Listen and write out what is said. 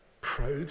Proud